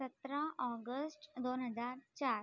सतरा ऑगस्ट दोन हजार चार